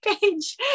page